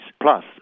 plus